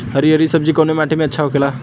हरी हरी सब्जी कवने माटी में अच्छा होखेला?